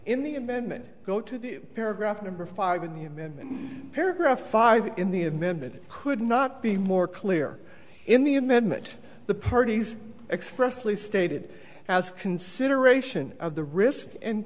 in the amendment go to the paragraph number five in the amendment and paragraph five in the amendment it could not be more clear in the amendment the parties expressly stated as consideration of the risk and